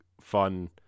fun